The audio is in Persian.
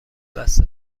بسته